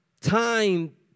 time